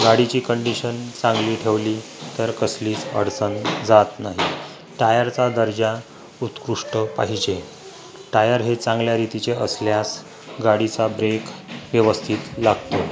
गाडीची कंडिशन चांगली ठेवली तर कसलीच अडचण जात नाही टायरचा दर्जा उत्कृष्ट पाहिजे टायर हे चांगल्या रीतीचे असल्यास गाडीचा ब्रेक व्यवस्थित लागतो